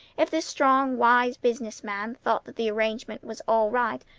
if this strong, wise business man thought the arrangement was all right,